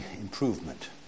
improvement